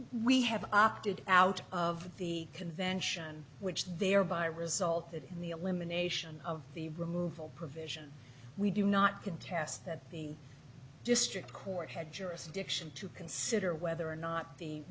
we have opted out of the convention which they are by result that in the elimination of the removal provision we do not contest that the district court had jurisdiction to consider whether or not the